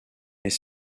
les